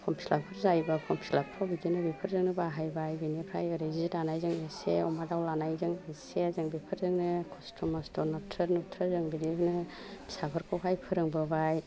form फिलापफोर जायोबा फर्मफिलापखौ बेदिनो बेफोरजोंनो बाहायबाय बेनिफ्राय ओरै जि दानायजों एसे अमा दाउ लानायजों एसे जों बेफोरजोंनो खस्थ' मस्थ' नाथ्रोद नुथ्रोद जों बिदिनो फिसाफोरखौहाय फोरोंबोबाय